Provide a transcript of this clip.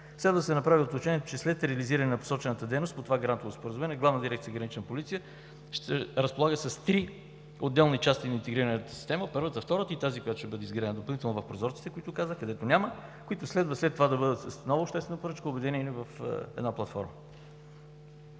Следва да се направи уточнението, че след реализиране на посочената дейност по това Грантово споразумение, Главна дирекция „Гранична полиция“ ще разполага с три отделни части на интегрирана система – първата, втората и тази, която ще бъде реализирана допълнително на прозорците, за които казах, където няма, които следва след това да бъдат с нова обществена поръчка, обединени в една платформа.